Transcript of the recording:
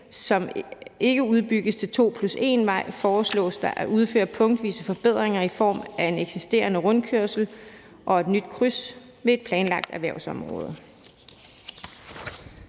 som ikke udbygges til 2+1-vej, foreslås det at udføre punktvise forbedringer i form af en eksisterende rundkørsel og et nyt kryds ved et planlagt erhvervsområde.